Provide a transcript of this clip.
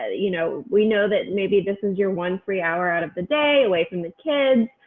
ah you know, we know that maybe this is your one free hour out of the day away from the kids.